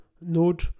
node